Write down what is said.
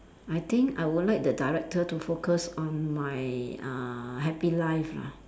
I think I would like the director to focus on my uh happy life lah